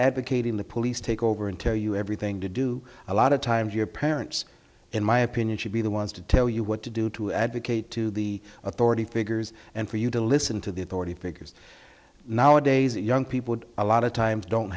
advocating the police take over and tell you everything to do a lot of times your parents in my opinion should be the ones to tell you what to do to advocate to the authority figures and for you to listen to the authority figures nowadays young people a lot of times don't